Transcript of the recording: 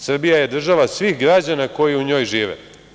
Srbija je država svih građana koji u njoj žive.